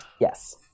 Yes